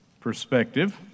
perspective